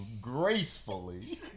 gracefully